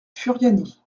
furiani